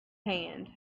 hand